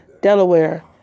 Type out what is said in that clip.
Delaware